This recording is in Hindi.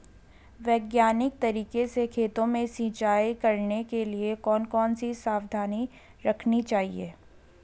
वैज्ञानिक तरीके से खेतों में सिंचाई करने के लिए कौन कौन सी सावधानी रखनी चाहिए?